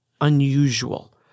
unusual